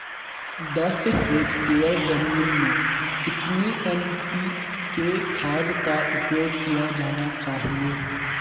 दस हेक्टेयर जमीन में कितनी एन.पी.के खाद का उपयोग किया जाना चाहिए?